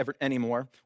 anymore